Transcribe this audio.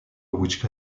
which